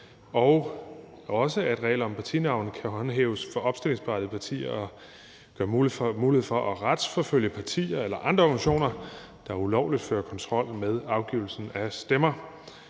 og at regler om partinavne kan håndhæves for opstillingsberettigede partier, og at der gives mulighed for at retsforfølge partier eller andre organisationer, der ulovligt fører kontrol med afgivelsen af stemmer.